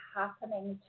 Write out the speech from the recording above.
happening